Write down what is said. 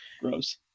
gross